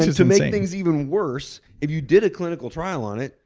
to to make things even worse, if you did a clinical trial on it,